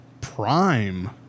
Prime